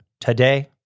today